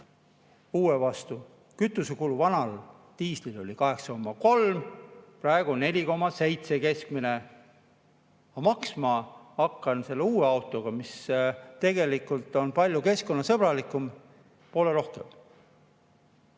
alles. Kütusekulu vanal diislil oli 8,3, praegu on keskmine 4,7, aga maksma hakkan selle uue auto eest, mis tegelikult on palju keskkonnasõbralikum, poole rohkem.